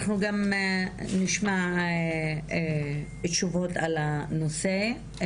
אנחנו גם נשמע תשובות על הנושא.